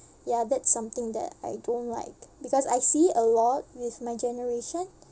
ya that's something that I don't like because I see a lot with my generation